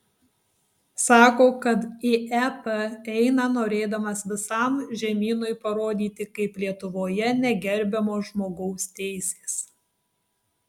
sako kad į ep eina norėdamas visam žemynui parodyti kaip lietuvoje negerbiamos žmogaus teisės